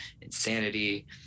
insanity